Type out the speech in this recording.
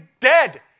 dead